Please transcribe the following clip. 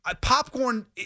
popcorn